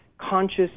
conscious